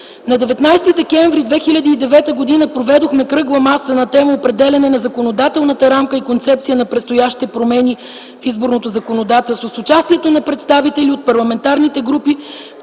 На 19 декември 2009 г. проведохме кръгла маса на тема „Определяне на законодателната рамка и концепция на предстоящите промени в изборното законодателство” с участието на представители от парламентарните групи